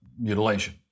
mutilation